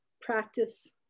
practice